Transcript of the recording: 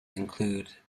include